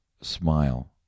Smile